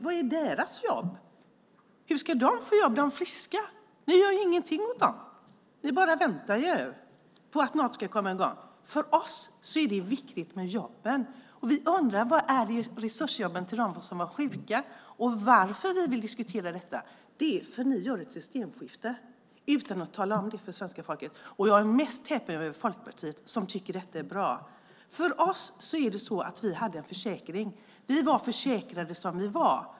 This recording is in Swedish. Var är deras jobb? Hur ska de få jobb, de friska? Ni gör ingenting för dem. Ni bara väntar på att något ska komma i gång. För oss är det viktigt med jobben. Vi undrar: Var är resursjobben till dem som var sjuka? Vi vill diskutera detta för att ni genomför ett systemskifte utan att tala om det för svenska folket. Jag är mest häpen över Folkpartiet, som tycker att detta är bra. För oss är det så att vi hade en försäkring. Vi var försäkrade som vi var.